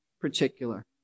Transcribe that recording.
particular